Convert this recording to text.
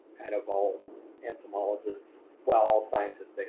kind of all entomologists, well all scientists,